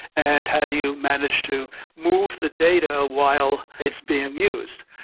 and had you managed to move the data while it's being used?